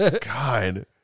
God